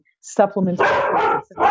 supplements